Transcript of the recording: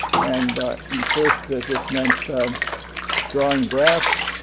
and and first this meant drawing graphs